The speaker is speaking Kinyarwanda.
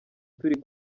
turi